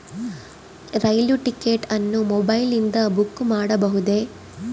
ರೈಲು ticket ಅನ್ನು ಮೊಬೈಲಿಂದ book ಮಾಡಬಹುದೆ?